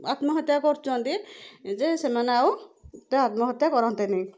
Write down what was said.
ଆତ୍ମହତ୍ୟା କରୁଛନ୍ତି ଯେ ସେମାନେ ଆଉ ଏତେ ଆତ୍ମହତ୍ୟା କରନ୍ତେନି